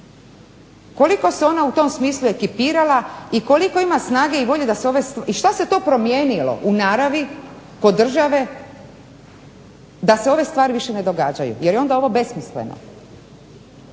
Koliko se ona u tom smislu ekipirala i koliko ima snage i volje da se ove i šta se to promijenilo u naravi kod države da se ove stvari više ne događaju jer je onda ovo besmisleno.